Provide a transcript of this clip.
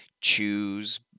choose